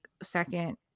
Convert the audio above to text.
second